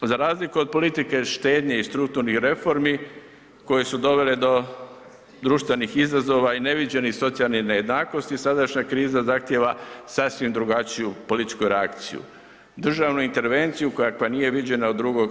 Za razliku od politike štednje i strukturnih reformi koje su dovele do društvenih izazova i neviđenih socijalnih nejednakosti, sadašnja kriza zahtjeva sasvim drugačiju političku reakciju, državnu intervenciju kakva nije viđena od II.